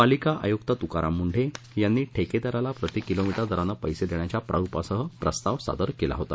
पालिका आयुक्त तुकाराम मुंढे यांनी ठेकेदाराला प्रति किलोमीटर दरानं पैसे देण्याच्या प्रारूपासह प्रस्ताव सादर केला होता